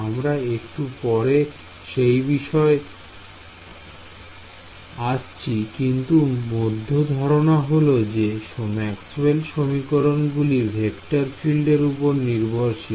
আমরা একটু পরে সেই বিষয়ে আছি কিন্তু মধ্য ধারণা হলো যে ম্যাক্সওয়েল সমীকরণ গুলি ভেক্টর ফিল্ডের উপর নির্ভরশীল